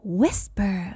whisper